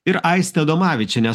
ir aistė adomavičienė